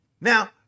Now